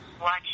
watch